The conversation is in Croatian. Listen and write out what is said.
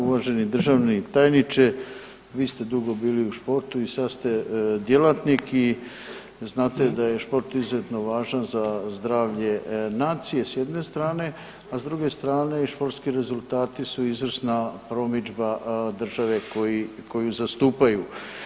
Uvaženi državni tajniče vi ste dugo bili u športu i sada ste djelatnik i znate da je šport izuzetno važan za zdravlje nacije s jedne strane, a s druge strane športski rezultati su izvrsna promidžba države koju zastupaju.